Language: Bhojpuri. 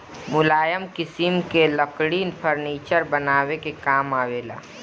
मुलायम किसिम के लकड़ी फर्नीचर बनावे के काम आवेला